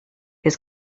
his